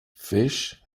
fish